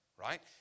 right